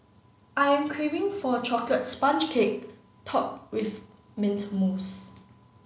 I am craving for a chocolate sponge cake top with mint mousse